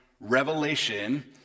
revelation